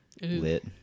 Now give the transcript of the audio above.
Lit